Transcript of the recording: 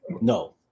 No